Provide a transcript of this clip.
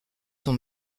son